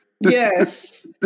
Yes